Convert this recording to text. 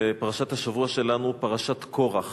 פרשת השבוע שלנו היא פרשת קורח.